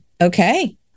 Okay